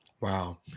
Wow